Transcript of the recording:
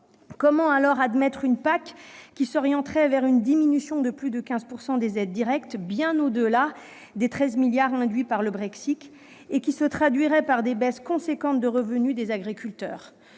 Comment alors admettre une PAC qui s'orienterait vers une diminution de plus de 15 % des aides directes, bien au-delà des 13 milliards d'euros induits par le Brexit et qui se traduirait par des baisses importantes de revenus des agriculteurs ?